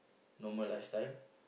normal lifestyle